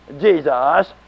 Jesus